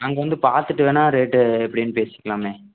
அங்கே வந்து பார்த்துட்டு வேணால் ரேட்டு எப்படின்னு பேசிக்கலாமே